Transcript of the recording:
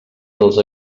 dels